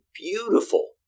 beautiful